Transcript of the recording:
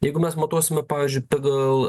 jeigu mes matuosime pavyzdžiui pagal